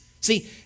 See